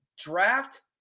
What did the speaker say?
draft